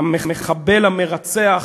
המחבל המרצח,